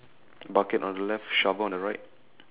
bucket on the left shovel on the right